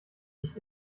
nicht